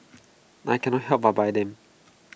I cannot help but buy them